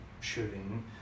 shooting